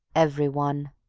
every one.